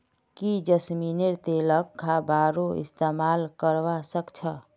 की जैस्मिनेर तेलक खाबारो इस्तमाल करवा सख छ